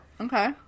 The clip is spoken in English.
okay